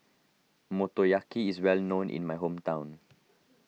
Motoyaki is well known in my hometown